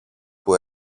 που